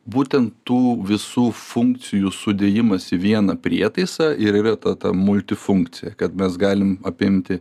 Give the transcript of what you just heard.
būtent tų visų funkcijų sudėjimas į vieną prietaisą ir yra ta ta multifunkcija kad mes galim apimti